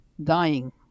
Dying